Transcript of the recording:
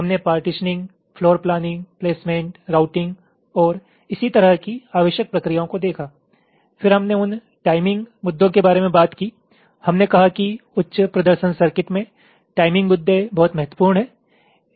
हमने partitioning floor planning placement routing और इसी तरह की आवश्यक प्रक्रियाओं को देखा फिर हमने उन टाइमिंग मुद्दों के बारे में बात की हमने कहा कि उच्च प्रदर्शन सर्किट में टाइमिंग मुद्दे बहुत महत्वपूर्ण हैं